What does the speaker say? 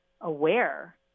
aware